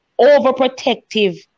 overprotective